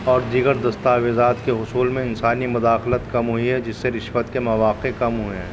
اور دیگر دستاویزات کے حصول میں انسانی مداخلت کم ہوئی ہے جس سے رشوت کے مواقع کم ہوئے ہیں